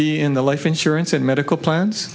be in the life insurance and medical plans